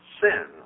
sin